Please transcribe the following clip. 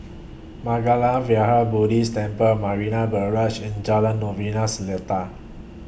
Mangala Vihara Buddhist Temple Marina Barrage and Jalan Novena Selatan